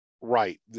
right